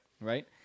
Right